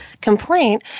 complaint